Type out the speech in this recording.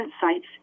sites